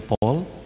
Paul